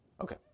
Okay